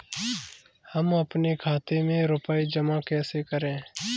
हम अपने खाते में रुपए जमा कैसे करें?